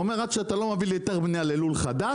עד שאתה לא מביא לי היתר בנייה ללול חדש,